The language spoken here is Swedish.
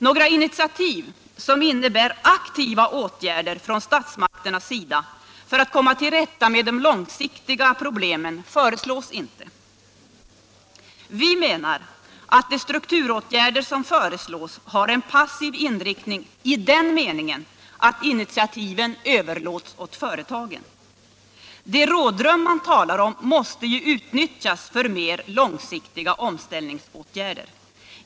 Några initiativ som innebär aktiva åtgärder från statsmakternas sida för att komma till rätta med de långsiktiga problemen föreslås inte. Vi menar att de strukturåtgärder som föreslås har en passiv inriktning i den meningen att initiativen överlåts åt företagen. Det rådrum som man talar om måste utnyttjas för mer långsiktiga omställningsåtgärder.